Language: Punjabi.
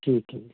ਠੀਕ ਹੈ ਜੀ